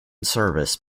service